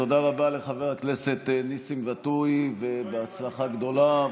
תודה רבה לחבר הכנסת ניסים ואטורי, ובהצלחה גדולה.